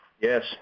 Yes